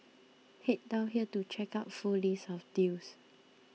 head down here to check out full list of deals